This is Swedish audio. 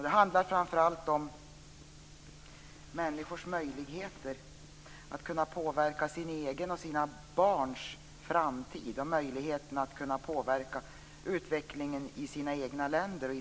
Det handlar framför allt om människors möjligheter att kunna påverka sin egen och sina barns framtid och möjligheten att påverka utvecklingen i samhällena i de egna länderna.